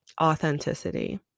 authenticity